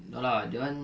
no lah that [one]